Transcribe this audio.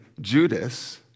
Judas